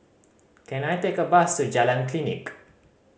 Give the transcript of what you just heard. can I take a bus to Jalan Klinik